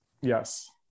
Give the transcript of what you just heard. Yes